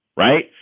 right.